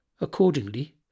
Accordingly